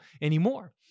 anymore